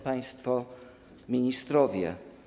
Państwo Ministrowie!